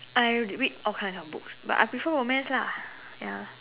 I read all kinds of books but I prefer romance lah ya